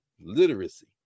Literacy